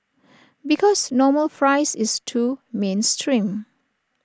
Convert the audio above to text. because normal fries is too mainstream